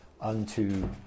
unto